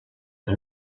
que